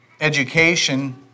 education